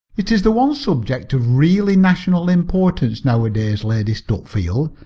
it is the one subject of really national importance, nowadays, lady stutfield.